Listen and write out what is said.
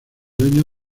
dueños